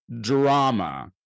drama